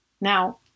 Now